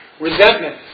Resentment